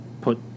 put